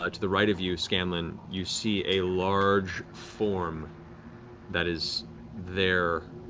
ah to the right of you, scanlan, you see a large form that is there,